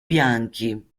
bianchi